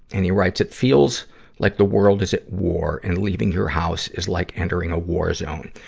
and he writes, it feels like the world is at war, and leaving your house is like entering a war zone.